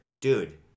dude